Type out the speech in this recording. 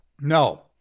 No